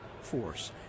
force